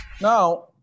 Now